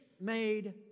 made